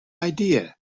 idea